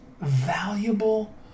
valuable